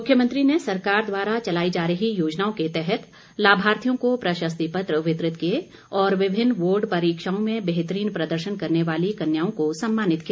मुख्यमंत्री ने सरकार द्वारा चलाई जा रही योजनाओं के तहत लाभार्थियों को प्रशस्ति पत्र वितरित किए और विभिन्न बोर्ड परीक्षाओं में बेहतरीन प्रदर्शन करने वाली कन्याओं को सम्मानित किया